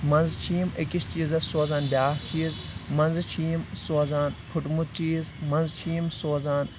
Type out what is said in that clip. منٛزٕ چھِ یِم أکِس چیٖزَس سوزان بیاکھ چیٖز منٛزٕ چھِ یِم سوزان پھُٹمُت چیٖز منٛزٕ چھِ یِم سوزان